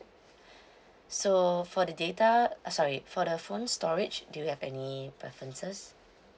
so for the data uh sorry for the phone storage do you have any preferences